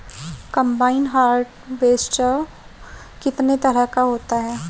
Combine harvester कितने तरह का होता है?